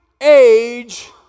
age